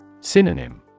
Synonym